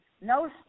No